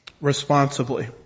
responsibly